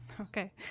Okay